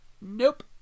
nope